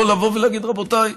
או לבוא ולהגיד: רבותיי,